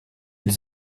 les